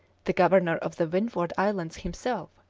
the governor of the windward islands himself,